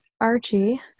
Archie